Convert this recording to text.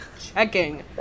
checking